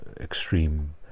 extreme